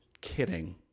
kidding